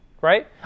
right